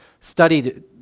studied